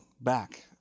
back